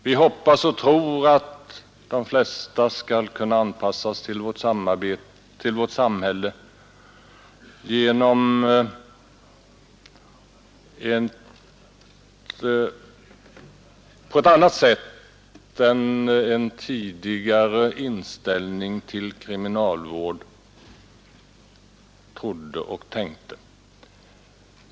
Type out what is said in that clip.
Vi hoppas och tror att de flesta skall kunna anpassas till vårt samhälle på ett annat sätt än vad man trodde och tänkte när det gällde den tidigare inställningen till kriminalvård.